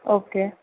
okay